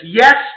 yes